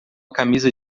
camisa